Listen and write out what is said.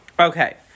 Okay